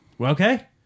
okay